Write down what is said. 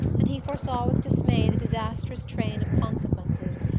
and he foresaw with dismay the disastrous train of consequences,